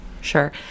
Sure